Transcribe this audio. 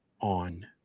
on